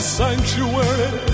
sanctuary